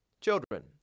children